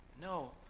No